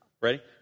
Ready